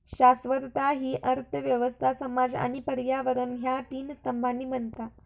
शाश्वतता हि अर्थ व्यवस्था, समाज आणि पर्यावरण ह्या तीन स्तंभांनी बनता